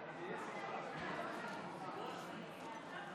חבר הכנסת סמי אבו שחאדה,